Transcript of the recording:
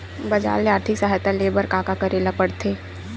बजार ले आर्थिक सहायता ले बर का का करे ल पड़थे?